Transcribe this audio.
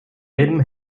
gelben